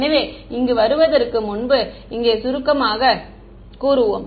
எனவே இதற்கு வருவதற்கு முன்பு இங்கே சுருக்கமாகக் கூறுவோம்